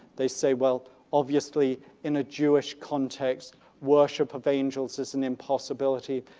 they say, well obviously in a jewish context worship of angels is an impossibility.